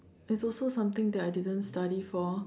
it's also something that I didn't study for